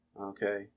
Okay